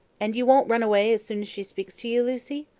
and you won't run away as soon as she speaks to you, lucy?